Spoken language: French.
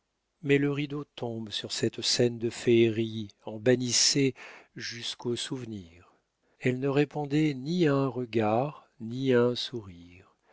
mais le rideau tombé sur cette scène de féerie en bannissait jusqu'au souvenir elle ne répondait ni à un regard ni à un sourire